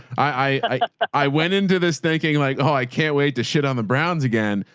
i, i went into this thinking like, oh, i can't wait to shit on the browns again.